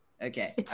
Okay